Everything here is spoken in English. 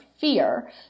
fear